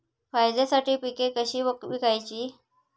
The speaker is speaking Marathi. फायद्यासाठी पिके कशी विकायची?